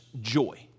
joy